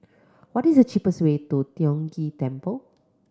what is the cheapest way to Tiong Ghee Temple